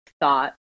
thought